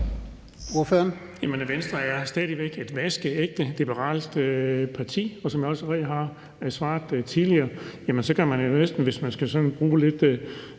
adfærd.